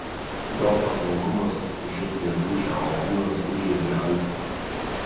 jo paslaugumas sušildė dūšią o kūnas užžiebė aistrą